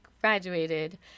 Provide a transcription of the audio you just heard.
graduated